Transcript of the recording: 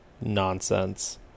nonsense